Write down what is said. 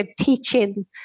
teaching